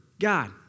God